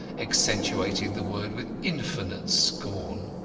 accentuating the word with infinite scorn.